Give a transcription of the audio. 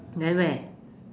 then where